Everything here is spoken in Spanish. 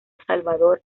salvador